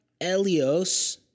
Elios